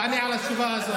תענה על השאלה הזאת.